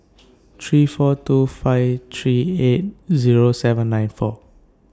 three four two five three eight Zero seven nine four